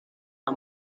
las